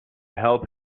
help